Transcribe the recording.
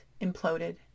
imploded